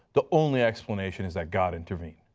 the only explanation is that god intervened.